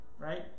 right